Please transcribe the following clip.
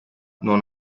non